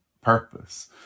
purpose